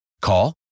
Call